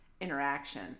interaction